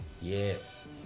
Yes